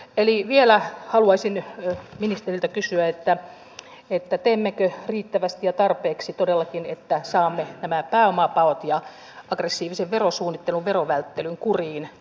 eli vielä haluaisin ministeriltä kysyä teemmekö riittävästi ja tarpeeksi todellakin että saamme nämä pääomapaot ja aggressiivisen verosuunnittelun verovälttelyn kuriin